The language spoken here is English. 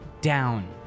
down